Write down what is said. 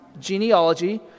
genealogy